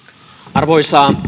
arvoisa